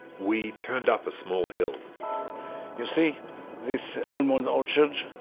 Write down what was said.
we turned up a small hill you see this almond orchard,